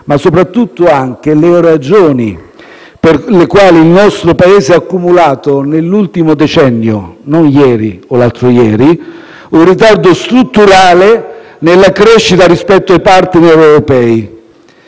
ma soprattutto anche le ragioni per le quali il nostro Paese ha accumulato nell'ultimo decennio (non ieri o l'altro ieri) un ritardo strutturale nella crescita rispetto ai *partner* europei.